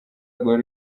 rwari